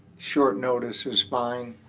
short notice is fine,